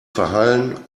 verheilen